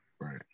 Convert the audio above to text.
Right